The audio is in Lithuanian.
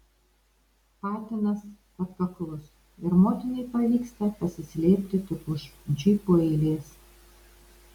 patinas atkaklus ir motinai pavyksta pasislėpti tik už džipų eilės